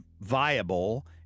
viable